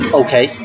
okay